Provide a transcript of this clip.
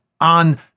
on